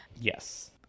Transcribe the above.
Yes